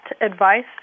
advice